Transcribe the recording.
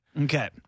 Okay